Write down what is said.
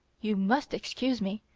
you must excuse me,